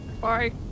bye